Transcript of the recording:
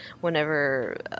whenever